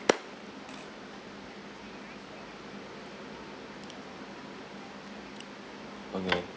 okay